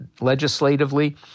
legislatively